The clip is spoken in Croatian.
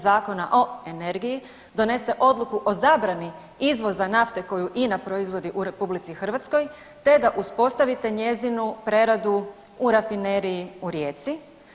Zakona o energiji donese odluku o zabrani izvoza nafte koju INA proizvodi u RH te da uspostavite njezinu preradu u Rafineriji u Rijeci.